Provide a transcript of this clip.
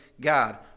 God